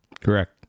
correct